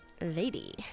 Lady